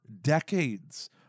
decades